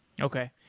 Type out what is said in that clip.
Okay